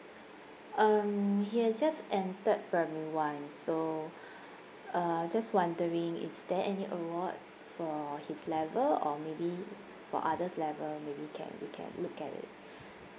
um he has just entered primary one so uh just wondering is there any award for his level or maybe for others level maybe can we can look at it